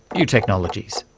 new technologies.